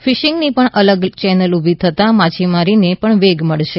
ફીશિંગની પણ અલગ ચેનલ ઊભી થતાં માછીમારીને પણ વેગ મળશે